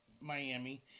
Miami